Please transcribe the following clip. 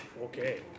Okay